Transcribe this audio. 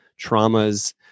traumas